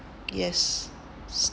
yes